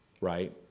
right